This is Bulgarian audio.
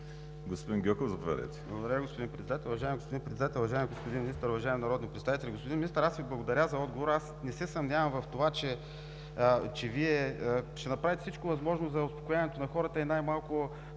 господин Председател. Уважаеми господин Председател, уважаеми господин Министър, уважаеми народни представители! Господин Министър, аз Ви благодаря за отговора. Не се съмнявам в това, че Вие ще направите всичко възможно за успокояването на хората и най-малко